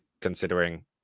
considering